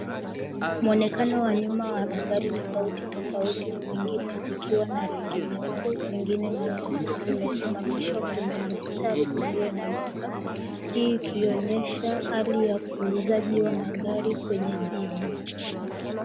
Muonekano wa nyuma wa magari tofauti tofauti zingine zikiwa na rangi nyeupe, zingine nyeusi vimesimamishwa kwenye mstari ulionyooka. Hii ikionyesha hali ya uuzaji wa magari kwenye jiji.